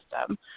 system